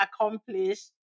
accomplished